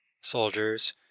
soldiers